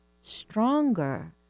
stronger